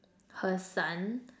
her son